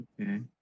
Okay